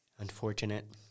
Unfortunate